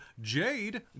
Jade